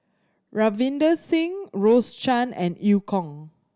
Ravinder Singh Rose Chan and Eu Kong